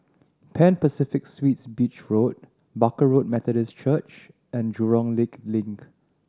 Pan Pacific Suites Beach Road Barker Road Methodist Church and Jurong Lake Link